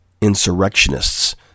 insurrectionists